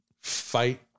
fight